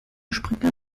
springer